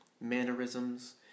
mannerisms